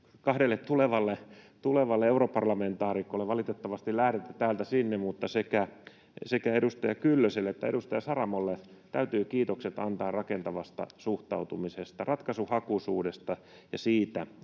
kahdelle tulevalle europarlamentaarikolle — valitettavasti lähdette täältä sinne — sekä edustaja Kyllöselle että edustaja Saramolle täytyy kiitokset antaa rakentavasta suhtautumisesta, ratkaisuhakuisuudesta ja siitä,